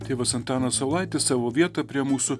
tėvas antanas saulaitis savo vietą prie mūsų